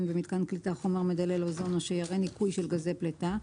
במיתקן קליטה חומר מדלל אוזון או שיירי ניקוי של גזי פליטה,